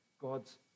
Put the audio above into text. God's